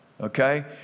okay